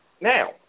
Now